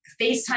FaceTime